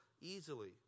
easily